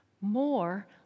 more